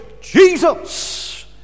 Jesus